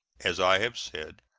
as i have said,